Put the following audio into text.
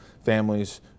families